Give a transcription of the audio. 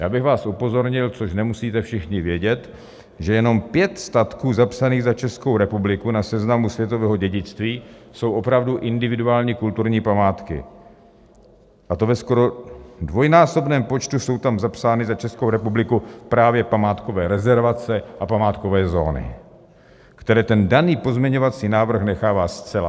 Já bych vás upozornil což nemusíte všichni vědět že jenom pět statků zapsaných za Českou republiku na Seznamu světového dědictví jsou opravdu individuálně kulturní památky, a ve skoro dvojnásobném počtu jsou tam zapsány za Českou republiku právě památkové rezervace a památkové zóny, které ten daný pozměňovací návrh nechává zcela stranou.